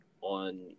on